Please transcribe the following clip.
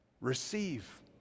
receive